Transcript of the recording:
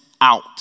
out